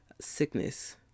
sickness